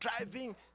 driving